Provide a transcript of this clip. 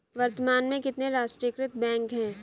वर्तमान में कितने राष्ट्रीयकृत बैंक है?